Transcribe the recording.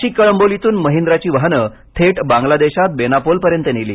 नाशिक कळंबोलीतून महिंद्राची वाहनं थेट बांगलादेशात बेनापोलपर्यंत नेली